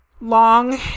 long